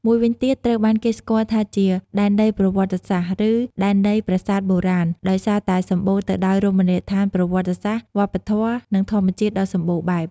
មួយវិញទៀត ត្រូវបានគេស្គាល់ថាជា "ដែនដីប្រវត្តិសាស្ត្រ" ឬ "ដែនដីប្រាសាទបុរាណ" ដោយសារតែសម្បូរទៅដោយរមណីយដ្ឋានប្រវត្តិសាស្ត្រ វប្បធម៌ និងធម្មជាតិដ៏សំបូរបែប។